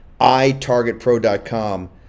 iTargetPro.com